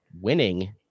Winning